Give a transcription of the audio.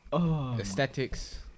aesthetics